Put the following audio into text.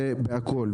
זה בכל.